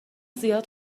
زیاد